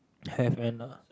have an uh